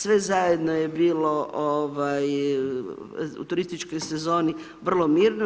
Sve zajedno je bilo u turističkoj sezoni vrlo mirno.